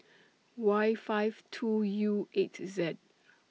Y five two U eight Z